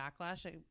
backlash